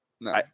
No